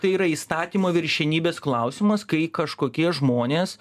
tai yra įstatymo viršenybės klausimas kai kažkokie žmonės